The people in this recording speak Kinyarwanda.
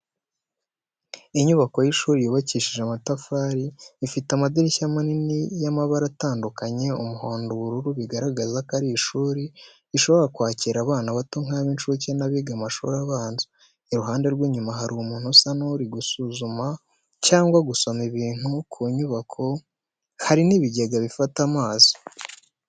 Inyubako y’ishuri yubakishije amatafari, ifite amadirishya manini y’amabara atandukanye umuhondo, ubururu, bigaragaza ko ari ishuri rishobora kwakira abana bato nk’ab'incuke n'abiga amashuri abanza, iruhande rw’inyuma hari umuntu usa n’uri gusuzuma cyangwa gusoma ibintu ku nyubako, hari n'ibigega bifata amazi.